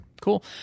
cool